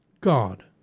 God